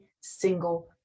single